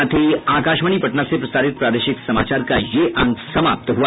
इसके साथ ही आकाशवाणी पटना से प्रसारित प्रादेशिक समाचार का ये अंक समाप्त हुआ